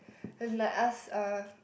and like ask uh